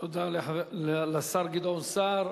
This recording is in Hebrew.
תודה לשר גדעון סער.